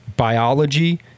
biology